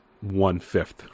one-fifth